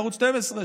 בערוץ 12,